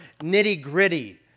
nitty-gritty